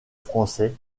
français